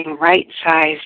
right-sized